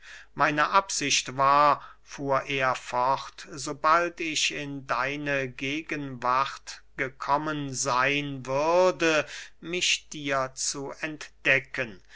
meine absicht war fuhr er fort sobald ich in deine gegenwart gekommen seyn würde mich dir zu entdecken